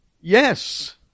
Yes